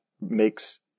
makes